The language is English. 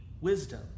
wisdom—